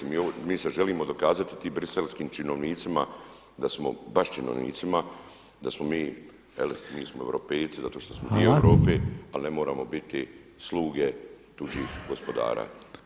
Mi se želimo dokazati tim briselskim činovnicima da smo, baš činovnicima, da smo mi, je li mi smo europejci zato što smo dio Europe ali ne moramo biti sluge tuđih gospodara.